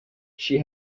she